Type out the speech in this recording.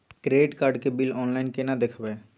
Credit card के bill online केना देखबय?